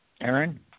Aaron